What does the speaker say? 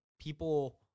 people